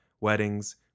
weddings